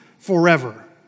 Forever